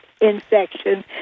infection